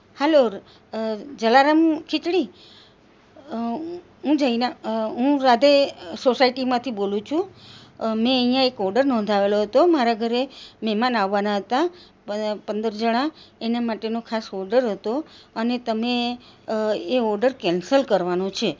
હાલોર જલારામ ખીચડી હું જૈના હું રાધે સોસાયટીમાંથી બોલું છું મેં અહીંયાં એક ઑડર નોંધાવેલો હતો મારા ઘરે મહેમાન આવવાના હતા બધા પંદર જાણા એને માટેનો ખાસ ઑડર હતો અને તમે એ ઑડર કેન્સલ કરવાનો છે